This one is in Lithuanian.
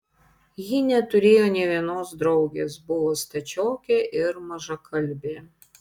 ji neturėjo nė vienos draugės buvo stačiokė ir mažakalbė